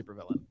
supervillain